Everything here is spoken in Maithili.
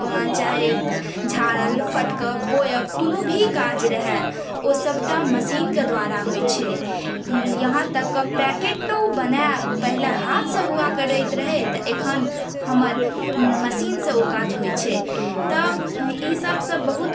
चाहै झारब फटकब बोयब कोनो भी काज रहय ओ सभटा मशीनके द्वारा होइ छै यहाँ तक आब पैकेटो बनायब पहीने हाथ सँ हुआ करैत रहै तऽ अखन हमर मशीन सँ ओ काज होइ छै तब ई सभ सभ बहुत